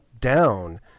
down